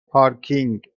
پارکینگ